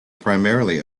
primarily